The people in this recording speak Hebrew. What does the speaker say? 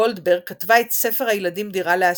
גולדברג כתבה את ספר הילדים "דירה להשכיר",